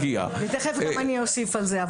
ותיכף גם אני אוסיף על זה.